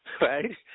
right